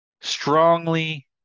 strongly